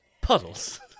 Puddles